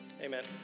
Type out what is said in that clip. Amen